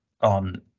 on